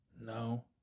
No